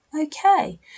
Okay